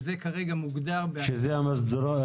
זה כרגע מוגדר כמסדרון האקולוגי.